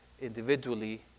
individually